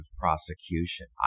prosecution